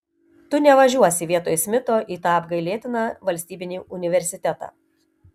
tu nevažiuosi vietoj smito į tą apgailėtiną valstybinį universitetą